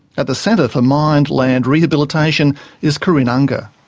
at the centre for mined land rehabilitation is corinne unger.